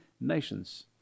nations